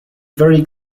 very